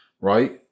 right